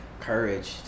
courage